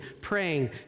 praying